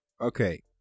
Okay